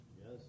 Yes